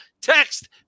Text